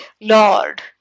Lord